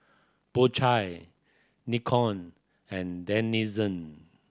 Po Chai Nikon and Denizen